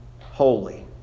Holy